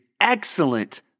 excellent